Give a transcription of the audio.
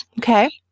Okay